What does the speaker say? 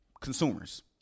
consumers